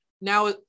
now